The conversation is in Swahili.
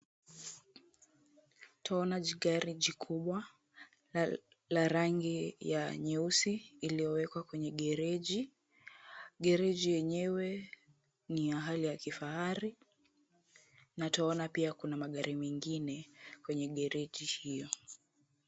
Twaona jigari jikubwa la rangi ya nyeusi iliyowekwa kwenye gereji. Gereji yenye ni ya hali ya kifahari na twaona pia kuna magari mengine kwenye gereji hio.